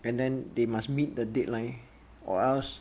and then they must meet the deadline or else